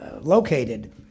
located